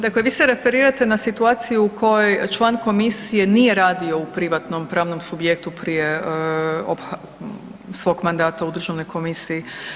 Dakle, vi se referirate na situaciju u kojoj član komisije nije radio u privatnom pravnom subjektu prije svog mandata u državnoj komisiji.